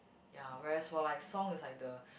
ya whereas for like song it's like the